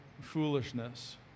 foolishness